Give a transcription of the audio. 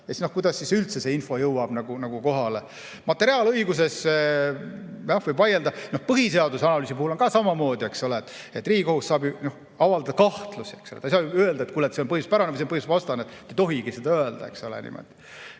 kuidas üldse see info kohale jõuab? Materiaalõiguses võib vaielda. Põhiseaduse analüüsi puhul on samamoodi, et Riigikohus saab avaldada kahtlusi. Ta ei saa ju öelda, et see on põhiseaduspärane ja see on põhiseadusvastane. Ta ei tohigi seda öelda